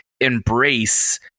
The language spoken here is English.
embrace